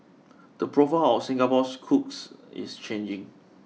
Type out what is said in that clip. the profile of Singapore's cooks is changing